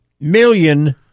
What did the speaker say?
million